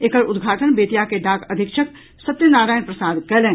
एकर उद्घाटन बेतिया के डाक अधीक्षक सत्यनारायण प्रसाद कयलनि